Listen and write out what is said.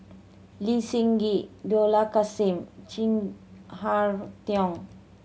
Lee Seng Gee Dollah Kassim Chin Harn Tong